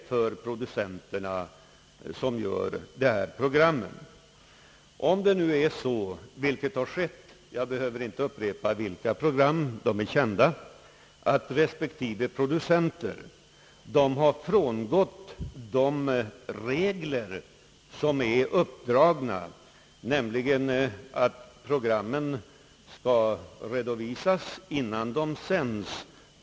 Nu finns regler uppdragna, som innebär att respektive producenter skall redovisa programmen för vederbörande avdelningschef innan programmen sänds, men vi vet att dessa regler inte alltid har följts — jag behöver inte upprepa vilka program det gäller; de är kända.